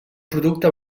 producte